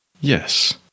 Yes